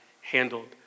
handled